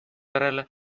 järele